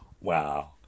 wow